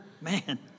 Man